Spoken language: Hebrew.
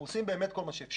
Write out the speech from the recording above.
אנחנו באמת עושים כל מה שאפשר.